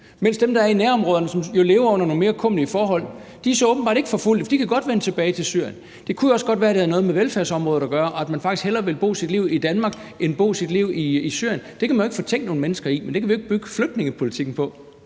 mens de, der er i nærområderne, og som jo lever under nogle mere kummerlige forhold, så åbenbart ikke er forfulgte, for de kan godt vende tilbage til Syrien. Det kunne jo også godt være, at det har noget med velfærdsområdet at gøre, og at man faktisk hellere vil bo og leve sit liv i Danmark end i Syrien. Det kan man jo ikke fortænke nogen mennesker i, men det kan vi jo ikke bygge flygtningepolitikken på.